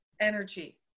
energy